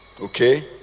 Okay